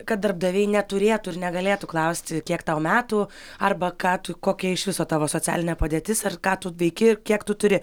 kad darbdaviai neturėtų ir negalėtų klausti kiek tau metų arba ką tu kokia iš viso tavo socialinė padėtis ar ką tu veiki ir kiek tu turi